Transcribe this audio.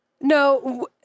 No